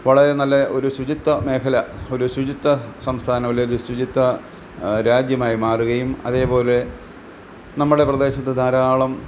വളരെ നല്ല ഒരു ശുചിത്വ മേഖല ഒരു ശുചിത്വ സംസ്ഥാനം അല്ലെങ്കിൽ ശുചിത്വ രാജ്യമായി മാറുകയും അതേപോലെ നമ്മുടെ പ്രദേശത്ത് ധാരാളം